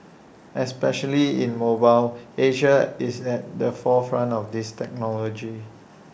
especially in mobile Asia is at the forefront of this technology